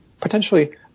potentially